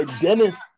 Dennis